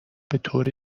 بطور